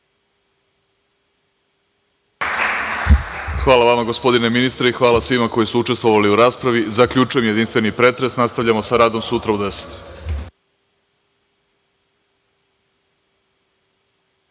Hvala vama, gospodine ministre i hvala svima koji su učestvovali u raspravi i zaključujem jedinstveni pretres. Nastavljamo sa radom sutra u 10.00